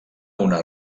una